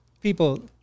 people